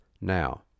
now